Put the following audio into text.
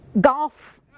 golf